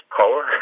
power